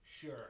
sure